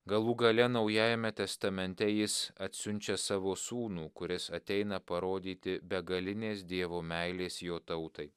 galų gale naujajame testamente jis atsiunčia savo sūnų kuris ateina parodyti begalinės dievo meilės jo tautai